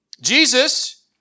Jesus